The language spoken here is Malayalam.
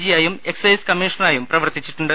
ജിയായും എക്സൈസ് കമ്മീഷണറായും പ്രവർത്തി ച്ചിട്ടുണ്ട്